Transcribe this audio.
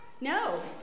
No